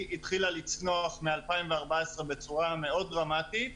היא התחלה לצנוח מ-2014 בצורה מאוד דרמטית,